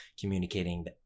communicating